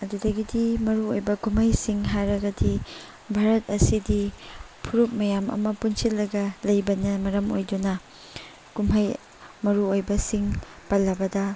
ꯑꯗꯨꯗꯒꯤꯗꯤ ꯃꯔꯨꯑꯣꯏꯕ ꯀꯨꯝꯍꯩꯁꯤꯡ ꯍꯥꯏꯔꯒꯗꯤ ꯚꯥꯔꯠ ꯑꯁꯤꯗꯤ ꯐꯨꯔꯨꯞ ꯃꯌꯥꯝ ꯑꯃ ꯄꯨꯟꯁꯤꯜꯂꯒ ꯂꯩꯕꯅ ꯃꯔꯝ ꯑꯣꯏꯗꯨꯅ ꯀꯨꯝꯍꯩ ꯃꯔꯨꯑꯣꯏꯕꯁꯤꯡ ꯄꯜꯂꯕꯗ